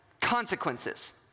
consequences